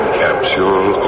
capsule